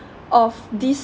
of this